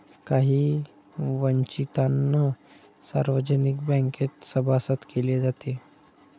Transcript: काही वंचितांना सार्वजनिक बँकेत सभासद केले जाते